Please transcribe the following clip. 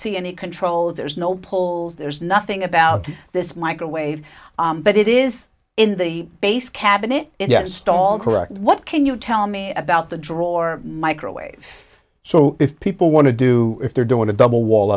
see any control there's no pulls there's nothing about this microwave but it is in the base cabinet yes stall correct what can you tell me about the drawer microwave so if people want to do if they're doing a double wall